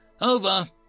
Over